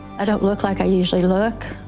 i don't look like i usually look.